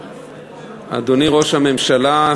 אדוני ראש הממשלה,